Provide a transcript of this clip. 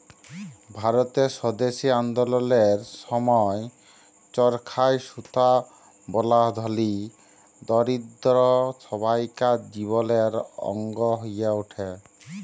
ভারতের স্বদেশী আল্দললের সময় চরখায় সুতা বলা ধলি, দরিদ্দ সব্বাইকার জীবলের অংগ হঁয়ে উঠে